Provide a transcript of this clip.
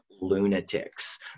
lunatics